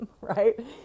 right